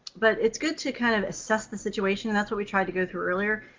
but it's good to kind of assess the situation. that's what we tried to go through earlier.